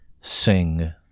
sing